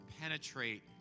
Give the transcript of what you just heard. penetrate